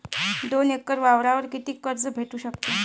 दोन एकर वावरावर कितीक कर्ज भेटू शकते?